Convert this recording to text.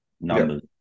numbers